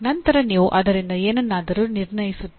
ನಂತರ ನೀವು ಅದರಿಂದ ಏನನ್ನಾದರೂ ನಿರ್ಣಯಿಸುತ್ತೀರಿ